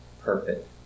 perfect